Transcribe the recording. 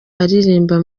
aririmba